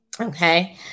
Okay